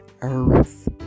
earth